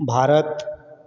Bharat